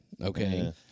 Okay